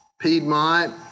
Piedmont